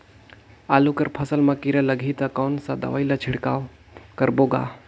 आलू कर फसल मा कीरा लगही ता कौन सा दवाई ला छिड़काव करबो गा?